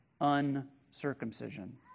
uncircumcision